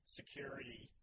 security